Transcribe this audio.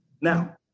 Now